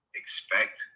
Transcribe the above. expect